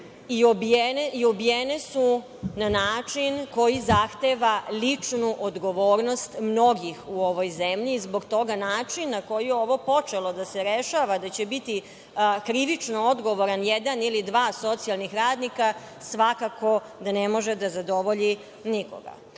i ubijene su na način koji zahteva ličnu odgovornost mnogih u ovoj zemlji. Zbog toga način na koji je ovo počelo da se rešava, da će biti krivično odgovoran jedan ili dva socijalnih radnika, svakako da ne može da zadovolji nikoga. Opšte